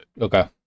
Okay